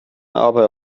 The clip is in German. aber